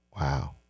wow